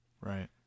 right